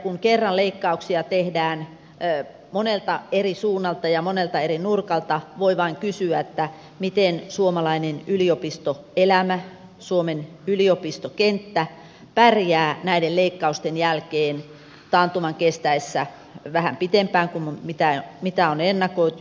kun kerran leikkauksia tehdään monelta eri suunnalta ja monelta eri nurkalta voi vain kysyä miten suomalainen yliopistoelämä suomen yliopistokenttä pärjää näiden leikkausten jälkeen taantuman kestäessä vähän pitempään kuin mitä on ennakoitu